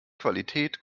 qualität